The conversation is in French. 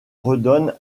redonne